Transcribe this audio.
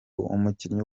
umukinnyi